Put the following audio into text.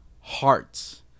hearts